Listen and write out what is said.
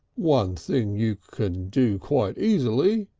one thing you can do quite easily.